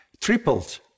tripled